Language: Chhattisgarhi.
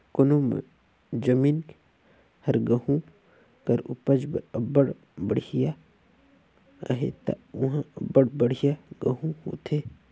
कोनो जमीन हर गहूँ कर उपज बर अब्बड़ बड़िहा अहे ता उहां अब्बड़ बढ़ियां गहूँ होथे